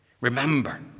remember